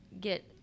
get